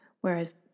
Whereas